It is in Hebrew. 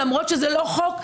למרות שזה לא חוק,